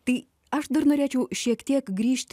tai aš dar norėčiau šiek tiek grįžti